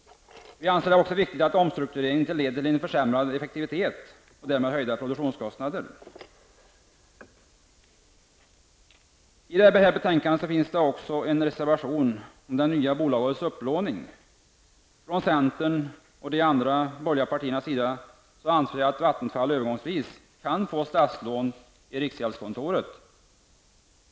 Vi anser det dock viktigt att se till att omstruktureringen inte leder till en försämrad effektivitet och därmed höjda produktionskostnader. I det här betänkandet finns även en reservation om det nya bolagets upplåning. Från centern och de andra borgerliga partiernas sida anser vi att Vattenfall övergångsvis kan få statslån i riksgäldskontoret.